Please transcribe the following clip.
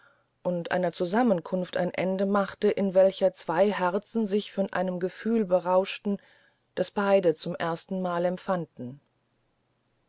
und einer zusammenkunft ein ende machte in welcher zwey herzen sich von einem gefühl berauschten das beyde zum erstenmal empfanden